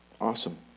awesome